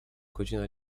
godzina